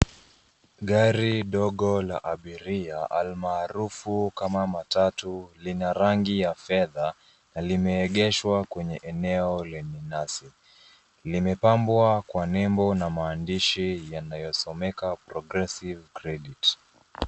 Gari dogo la abiria almaarufu kama matatu. Lina rangi ya fedha na limeegeshwa kwenye eneo lenye nyasi. Limepambwa kwa nembo na maandishi yanayosomeka progressive credit .